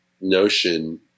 notion